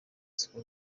siko